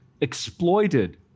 exploited